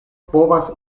povas